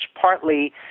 partly